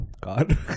God